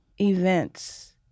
events